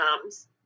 comes